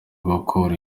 gukura